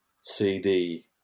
CD